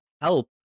help